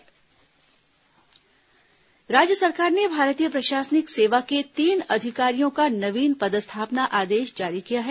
IAS तबादला राज्य सरकार ने भारतीय प्रशासनिक सेवा के तीन अधिकारियों का नवीन पदस्थापना आदेश जारी किया है